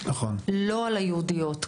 לא על היהודיות.